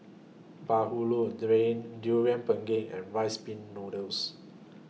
Bahulu during Durian Pengat and Rice Pin Noodles